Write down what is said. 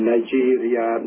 Nigeria